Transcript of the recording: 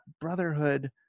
brotherhood